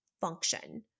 function